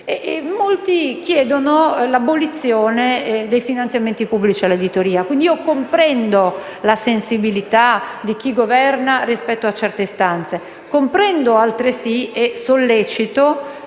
chiedono l'abolizione dei finanziamenti pubblici all'editoria. Quindi, comprendo la sensibilità di chi governa rispetto a certe istanze e comprendo altresì e sollecito